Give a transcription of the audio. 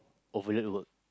overload the work